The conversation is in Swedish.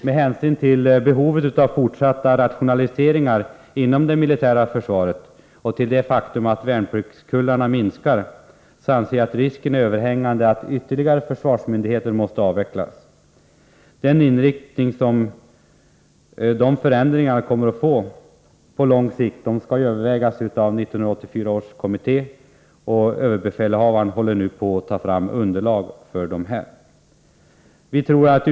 Med hänsyn till behovet av fortsatta rationaliseringar inom det militära försvaret och mot bakgrund av det faktum att värnpliktskullarna minskar, är risken överhängande att ytterligare försvarsmyndigheter måste avvecklas. Den inriktning som dessa förändringar bör ha på lång sikt skall övervägas av 1984 års försvarskommitté. Överbefälhavaren håller nu på att ta fram underlag för sådana bedömningar.